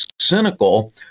cynical